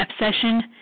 obsession